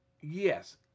yes